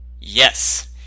Yes